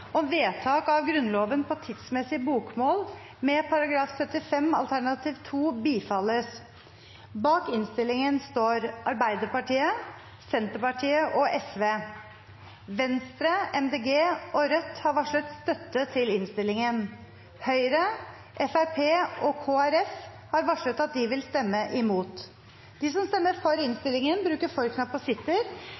om ordet til sak nr. 6. Stortinget er da klar til å gå til votering. Bak innstillingen står Arbeiderpartiet, Senterpartiet og Sosialistisk Venstreparti. Venstre, Miljøpartiet De Grønne og Rødt har varslet støtte til innstillingen. Høyre, Fremskrittspartiet og Kristelig Folkeparti har varslet at de vil stemme imot.